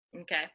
Okay